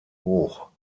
hoch